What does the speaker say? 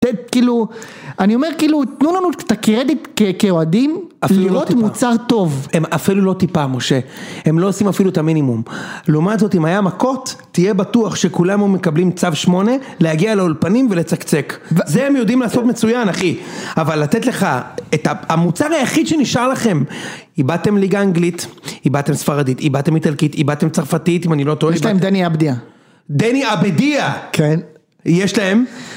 תן, כאילו, אני אומר, כאילו, תנו לנו את הקרדיט כאוהדים לראות מוצר טוב. הם אפילו לא טיפה, משה. הם לא עושים אפילו את המינימום. לעומת זאת, אם היה מכות, תהיה בטוח שכולנו מקבלים צו שמונה, להגיע לאולפנים ולצקצק. זה הם יודעים לעשות מצוין, אחי. אבל לתת לך את המוצר היחיד שנשאר לכם. איבדתם ליגה אנגלית, איבדתם ספרדית, איבדתם איטלקית, איבדתם צרפתית, אם אני לא טועה. יש להם דני אבדיה. דני אבדיה. כן. יש להם.